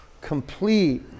complete